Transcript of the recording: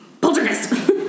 Poltergeist